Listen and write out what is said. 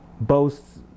boasts